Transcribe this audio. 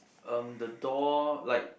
um the door like